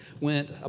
went